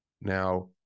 Now